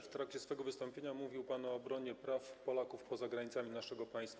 W trakcie swojego wystąpienia mówił pan o obronie praw Polaków poza granicami naszego państwa.